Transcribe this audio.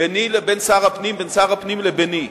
ביני לבין שר הפנים ובין שר הפנים לביני,